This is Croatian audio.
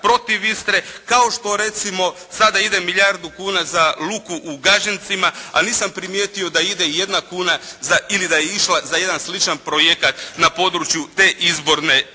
protiv Istre kao što recimo sada ide milijardu kuna za luku u Gažencima, a nisam primijetio da ide i jedna kuna ili da je išla za jedan sličan projekat na području te izborne